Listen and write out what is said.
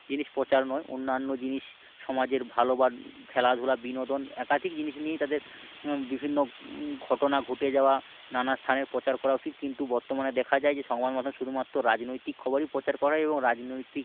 জিনিস প্রচার নয় অন্যান্য জিনিস সমাজের ভালো বা খেলাধুলা বিনোদন একাধিক জিনিস নিয়েই তাদের বিভিন্ন ঘটনা ঘটে যাওয়া নানা স্থানের প্রচার করা উচিত কিন্তু বর্তমানে দেখা যায় যে সংবাদ মাধ্যম শুধুমাত্র রাজনৈতিক খবরই প্রচার করায় এবং রাজনৈতিক